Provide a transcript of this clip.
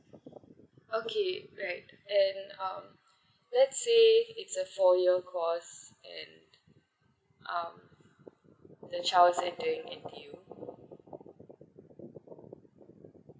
okay right and um let's say it's a four year course and um the child's entering N_T_U